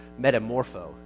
metamorpho